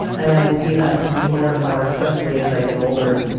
and i see that more and more, especially as i get older.